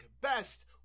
best